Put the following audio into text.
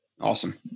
Awesome